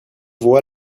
voix